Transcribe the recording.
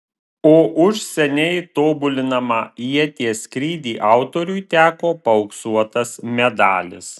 o už seniai tobulinamą ieties skrydį autoriui teko paauksuotas medalis